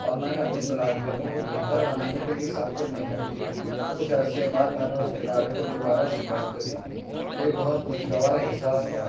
اور میں نے اپنی صلاحیتوں کو بہتر بنانے کے لیے سخت محنت کی کچھ عرصے بعد میں نے اس کھلاڑی کو دوبارہ شکست دے دی یہ بہت خوش گوار احساس تھا